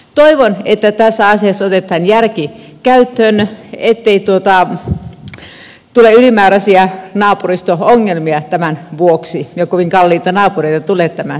toivon että tässä asiassa otetaan järki käyttöön ettei tule ylimääräisiä naapuristo ongelmia tämän vuoksi ja kovin kalliita naapureita tule tämän seurauksena